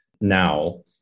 now